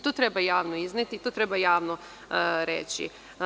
To treba javno izneti, to treba javno reći.